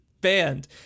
banned